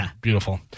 beautiful